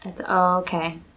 okay